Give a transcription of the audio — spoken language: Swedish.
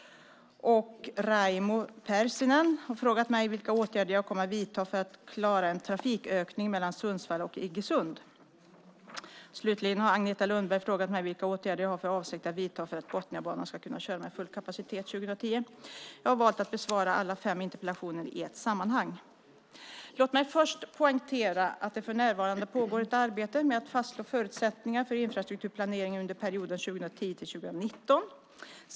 Raimo Pärssinen har frågat mig vilka åtgärder jag kommer att vidta för att klara en trafikökning mellan Sundsvall och Iggesund. Slutligen har Agneta Lundberg frågat mig vilka åtgärder jag har för avsikt att vidta för att Botniabanan ska kunna köra med full kapacitet 2010. Jag har valt att besvara alla fem interpellationerna i ett sammanhang. Låt mig först poängtera att det för närvarande pågår ett arbete med att fastslå förutsättningarna för infrastrukturplaneringen under perioden 2010-2019.